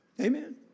Amen